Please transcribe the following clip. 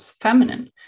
feminine